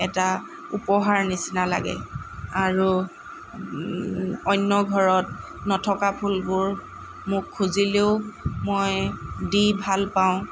এটা উপহাৰ নিচিনা লাগে আৰু অন্য ঘৰত নথকা ফুলবোৰ মোক খুজিলেও মই দি ভাল পাওঁ